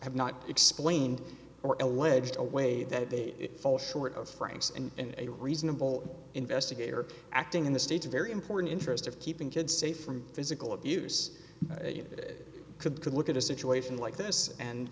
have not explained or alleged a way that they fall short of frank's and a reasonable investigator acting in the states a very important interest of keeping kids safe from physical abuse that could could look at a situation like this and